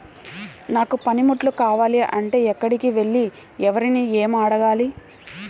నాకు పనిముట్లు కావాలి అంటే ఎక్కడికి వెళ్లి ఎవరిని ఏమి అడగాలి?